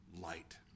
light